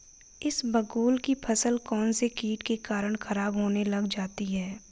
इसबगोल की फसल कौनसे कीट के कारण खराब होने लग जाती है?